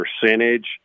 percentage